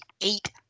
eight